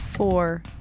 Four